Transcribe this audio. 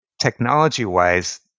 Technology-wise